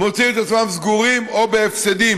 מוצאים את עצמם סגורים או בהפסדים.